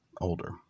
older